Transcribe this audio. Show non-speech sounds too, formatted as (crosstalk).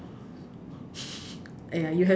(laughs) !aiya! you have